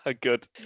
Good